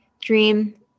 Dream